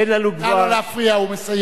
אין לנו כבר, נא לא להפריע, הוא מסיים.